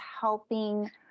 helping